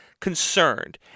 concerned